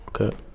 okay